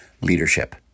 Leadership